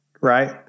right